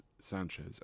Sanchez